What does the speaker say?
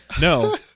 no